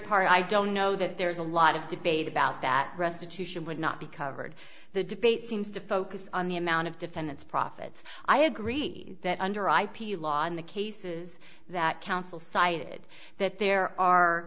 part i don't know that there's a lot of debate about that restitution would not be covered the debate seems to focus on the amount of defendants profits i agree that under ip law and the cases that counsel cited that there are